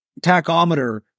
tachometer